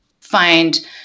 find